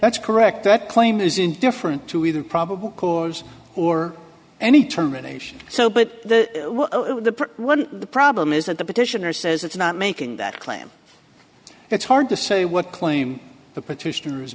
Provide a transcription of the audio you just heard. that's correct that claim is indifferent to even probable cause or any terminations so but the one the problem is that the petitioner says it's not making that claim it's hard to say what claim the petitioner